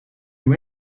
you